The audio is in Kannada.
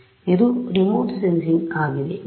ಆದ್ದರಿಂದ ಇದು ರಿಮೋಟ್ ಸೆನ್ಸಿಂಗ್ ಆಗಿದೆ